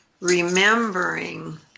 remembering